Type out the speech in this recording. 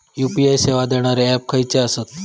UPI सेवा देणारे app खयचे आसत?